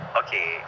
okay